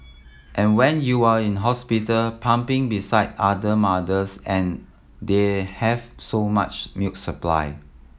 and when you're in hospital pumping beside other mothers and they have so much milk supply